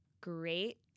great